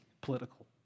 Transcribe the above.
political